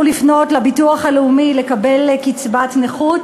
לפנות לביטוח הלאומי לקבל קצבת נכות,